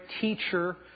teacher